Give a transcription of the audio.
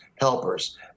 helpers